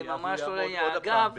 כי אז הוא יעמוד עוד פעם במשבר.